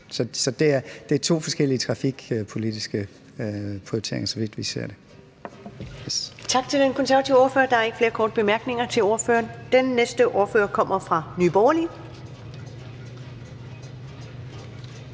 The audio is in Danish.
Så det er to forskellige trafikpolitiske prioriteringer, som vi ser det. Kl. 13:44 Første næstformand (Karen Ellemann): Tak til den konservative ordfører. Der er ikke flere korte bemærkninger til ordføreren. Den næste ordfører kommer fra Nye Borgerlige,